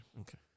Okay